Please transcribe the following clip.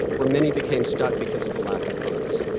where many became stuck because of a lack of funds.